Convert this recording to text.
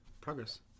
Progress